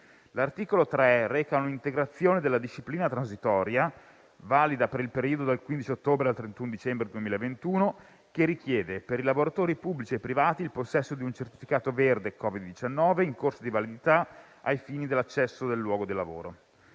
L'articolo 3 reca un'integrazione della disciplina transitoria valida per il periodo dal 15 ottobre al 31 dicembre 2021, che richiede per i lavoratori pubblici e privati il possesso di un certificato verde Covid-19 in corso di validità ai fini dell'accesso al luogo di lavoro.